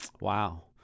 wow